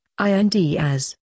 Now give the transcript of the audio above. INDAS